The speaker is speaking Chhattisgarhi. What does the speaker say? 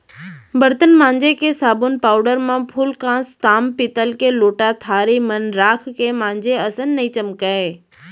बरतन मांजे के साबुन पाउडर म फूलकांस, ताम पीतल के लोटा थारी मन राख के मांजे असन नइ चमकय